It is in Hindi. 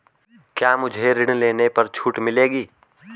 क्या मुझे ऋण लेने पर छूट मिलेगी?